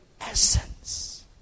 essence